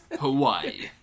Hawaii